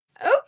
Okay